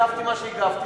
הגבתי מה שהגבתי,